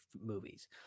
movies